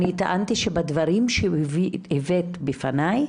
אני טענתי שבדברים שהבאת בפניי,